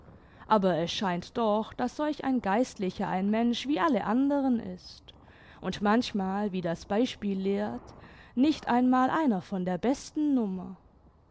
aber es scheint doch daß solch ein geistlicher ein mensch wie alle anderen ist und manchmal wie das beispiel lehrt nicht einmal einer von der besten nummer